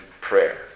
prayer